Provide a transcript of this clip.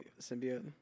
symbiote